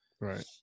Right